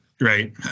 right